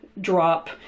drop